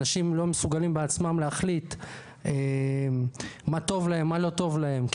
אנשי לא מסוגלים בעצמם להחליט מה טוב להם מה לא טוב להם,